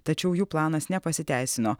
tačiau jų planas nepasiteisino